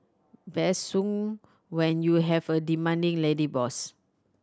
best sung when you have a demanding lady boss